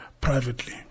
privately